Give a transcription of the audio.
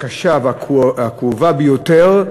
ההתמודדות הקשה והכאובה ביותר,